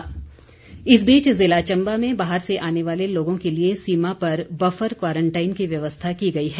चम्बा व्यवस्था इस बीच ज़िला चम्बा में बाहर से आने वाले लोगों के लिए सीमा पर बफर क्वारंटाइन की व्यवस्था की गई है